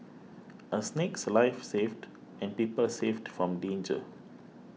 a snake's life saved and people saved from danger